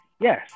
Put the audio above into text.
Yes